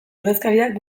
ordezkariak